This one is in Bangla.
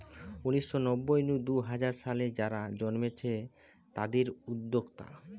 উনিশ শ নব্বই নু দুই হাজার সালে যারা জন্মেছে তাদির উদ্যোক্তা